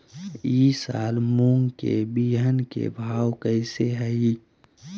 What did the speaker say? ई साल मूंग के बिहन के भाव कैसे हई?